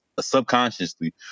subconsciously